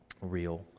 real